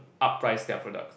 up price their products